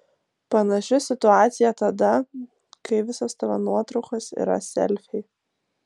panaši situacija tada kai visos tavo nuotraukos yra selfiai